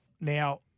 now